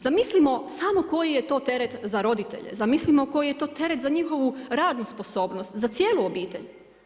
Zamislimo samo koji je to teret za roditelje, zamislimo koji je to teret za njihovu radnu sposobnost, za cijelu obitelj.